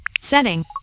Setting